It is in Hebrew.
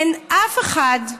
אין אף אחד,